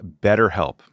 BetterHelp